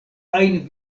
ajn